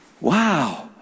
Wow